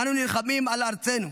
אנו נלחמים על ארצנו,